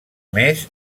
més